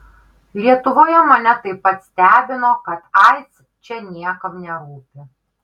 lietuvoje mane taip pat stebino kad aids čia niekam nerūpi